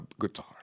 guitar